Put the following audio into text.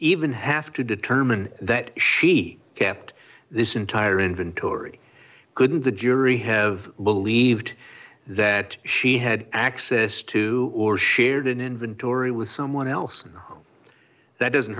even have to determine that she kept this entire inventory couldn't the jury have believed that she had access to or shared an inventory with someone else and that doesn't